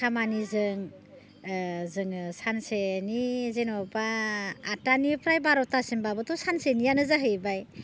खामानिजों जोङो सानसेनि जेन'बा आतथानिफ्राय बार'थासिमबाबोथ' सानसेनियानो जाहैबाय